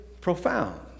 profound